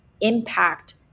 impact